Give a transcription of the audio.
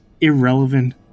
irrelevant